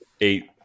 eight